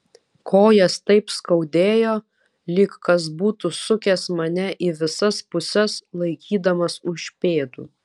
kojas taip skaudėjo lyg kas būtų sukęs mane į visas puses laikydamas už pėdų